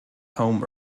home